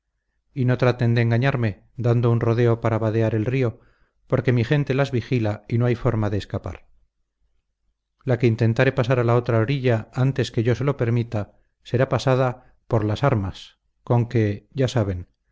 y no traten de engañarme dando un rodeo para vadear el río porque mi gente las vigila y no hay forma de escapar la que intentare pasar a la otra orilla antes que yo se lo permita será pasada por las armas conque ya saben